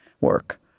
work